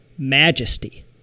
Majesty